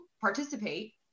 participate